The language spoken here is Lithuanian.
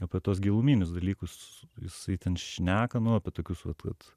apie tuos giluminius dalykus jisai ten šneka nu apie tokius vat vat